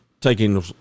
Taking